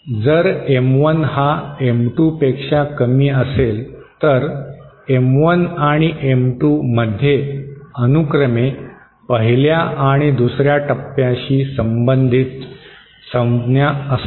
जर M1 हा M2 पेक्षा कमी असेल तर M1 आणि M2 मध्ये अनुक्रमे पहिल्या आणि दुसऱ्या टप्प्याशी संबंधित संज्ञा असतील